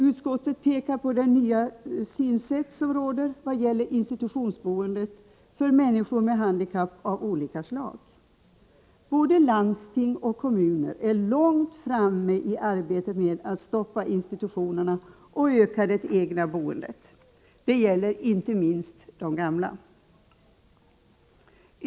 Utskottet pekar på det nya synsätt som råder vad gäller institutionsboendet för människor med handikapp av olika slag. Både landsting och kommuner är långt framme i arbetet med att stoppa institutionerna och öka det egna boendet. Detta gäller inte minst de gamla.